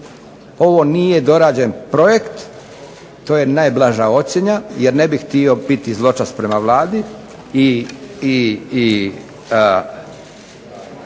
ovo nije dorađen projekt, to je najblaža ocjena, jer ne bih htio biti zločest prema Vladi, i